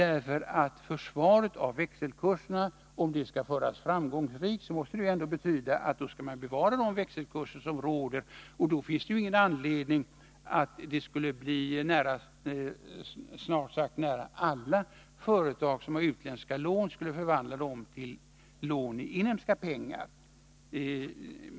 Om försvaret av växelkurserna skall föras framgångsrikt, måste det betyda att man skall bevara de växelkurser som råder, och då finns det ingen anledning att tro att snart sagt alla företag som har utländska lån skulle förvandla dem till lån i inhemska pengar.